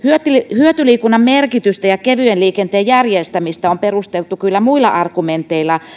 hyötyliikunnan merkitystä ja kevyen liikenteen järjestämistä on perusteltu kyllä muilla argumenteilla